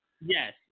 Yes